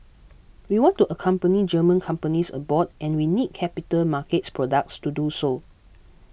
we want to accompany German companies abroad and we need capital markets products to do so